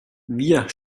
wir